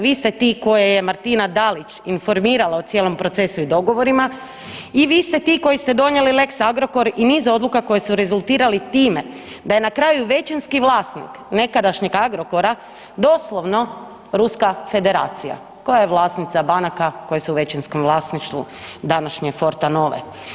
Vi ste ti koje je Martina Dalić informirala o cijelom procesu i dogovorima i vi ste ti koji ste donijeli lex Agrokor i niz odluka koje su rezultirale time da je na kraju većinski vlasnik nekadašnjeg Agrokora doslovno Ruska Federacija koja je vlasnica banaka koje su većinskom današnje Fortenove.